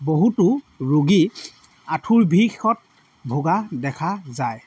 বহুতো ৰোগী আঁঠুৰ বিষত ভুগা দেখা যায়